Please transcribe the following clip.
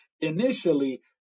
initially